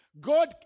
god